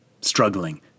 struggling